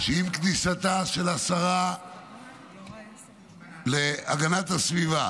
שעם כניסתה של השרה להגנת הסביבה